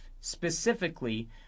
specifically